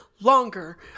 longer